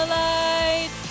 light